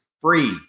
free